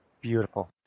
Beautiful